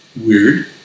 weird